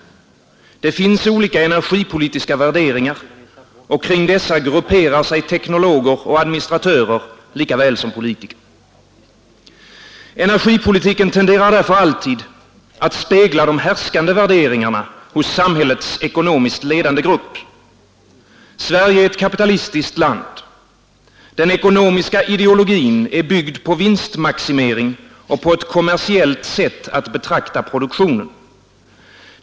Det finns olika energipolitiska värderingar och kring dessa grupperar sig teknologer och administratörer, lika väl som politiker. Energipolitiken tenderar därför alltid att spegla de härskande värderingarna hos samhällets ekonomiskt ledande grupp. Sverige är ett kapitalistiskt land. Den ekonomiska ideologin är byggd på vinstmaximering och på ett kommersiellt sätt att betrakta produktionen.